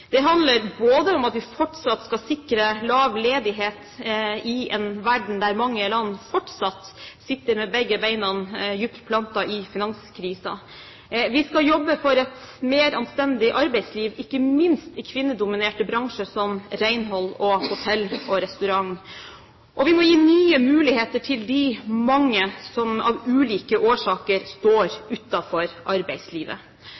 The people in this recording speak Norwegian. Det handler om at vi fortsatt skal sikre lav ledighet i en verden der mange land fortsatt sitter med begge beinene dypt plantet i finanskrisen. Vi skal jobbe for et mer anstendig arbeidsliv, ikke minst i kvinnedominerte bransjer som renhold, hotell og restaurant. Vi må gi nye muligheter til de mange som av ulike årsaker